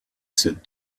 said